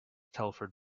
telford